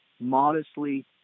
modestly